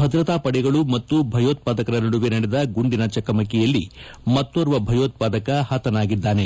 ಭದ್ರತಾ ಪಡೆಗಳು ಮತ್ತು ಭಯೋತ್ವಾದಕರ ನಡುವೆ ನಡೆದ ಗುಂಡಿನ ಚಕಮಕಿಯಲ್ಲಿ ಮತ್ತೋರ್ವ ಭಯೋತ್ವಾದಕ ಹತನಾಗಿದ್ದಾನೆ